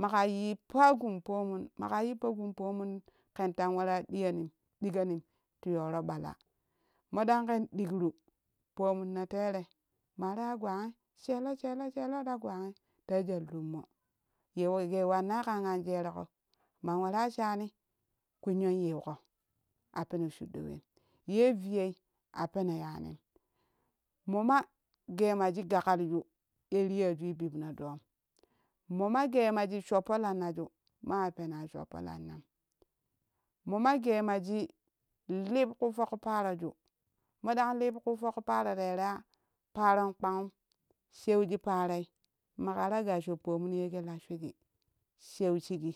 Maƙa yippa gun pomun maƙa yippo gun pomunum ken tang waraa diyoni ɗiƙoni yooro ɓalo maɗang ken dikru pomunno tere ma ta ya gwangi shelo shelo ta gwangi tai jwal lummo ye ye ke wannai kan anjeereko man waraa shanni kunyan yiuƙo a peno shiɗɗo wen yei viyei a peno yaanim mp ma geema shi gagalju ye riyojul bibno doom mo ma geema shik shoppo lannajum maa ya penaa shoppo lanna mo ma gee ma shi lip kufok paarojum modang lip kufok paaro teraa paaron kpangum shew shik paaro maka ta gasho pomun ye ke la shwiji sheu shigi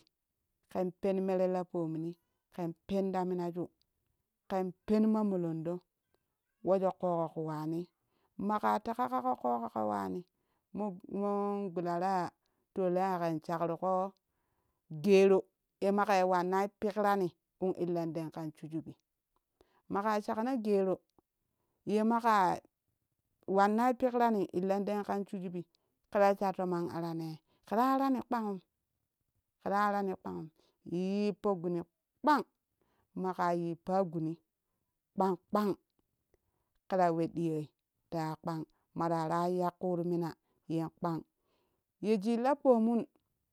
kɛn pen mere la pomuni ken pen ta minayu ken pen mamolondo wejo ƙoƙo ƙvi waani maka teƙa ƙaƙo ƙoƙaƙo waani mo moon gulara ya tolo yaƙon shakruƙo geero te makee wannai pigrani in illonden ti shigi maƙaa shakna geero ye maƙa wanna pigrani in illonden kan shujubi kɛ ta sha toomon aranee? Ke ta arana kpangum ke ta arani kpangum yippo guni kpang maƙa yippa guni kpang kpang kɛ ta we ɗiyooi ta ya kpang ma ta waraa ya kuut mina yen kpang ye shi la pomun.